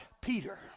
Peter